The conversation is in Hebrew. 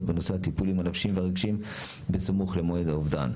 בנושא הטיפולים הנפשיים והרגשיים בסמוך למועד האובדן.